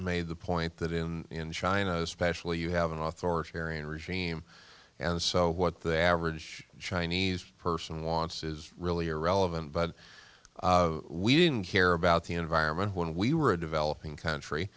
made the point that in china especially you have an author or sharing regime and so what the average chinese person wants is really irrelevant but we didn't care about the environment when we were a developing country